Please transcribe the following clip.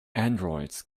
androids